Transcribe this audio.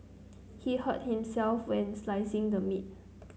he hurt himself when slicing the meat